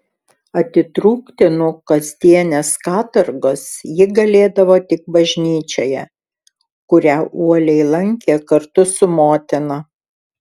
atitrūkti nuo kasdienės katorgos ji galėdavo tik bažnyčioje kurią uoliai lankė kartu su motina